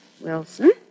Wilson